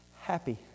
happy